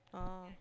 oh